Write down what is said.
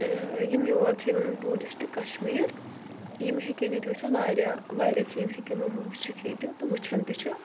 یم یور چھِ یِوان یِم ٹیٚوٗرِشٹ کٔشمیٖر یم ہیٚکن ییتہِ وُچھتھ واریاہ واریاہ چیٖز ہیٚکن یم وُچھتھ ییتہِ تہِ وُچھان تہِ چھِ